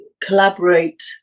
collaborate